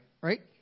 right